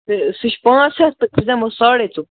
تہٕ سُہ چھُ پانٛژھ ہَتھ تہٕ أسۍ دِمو ساڑَے ژو